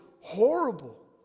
horrible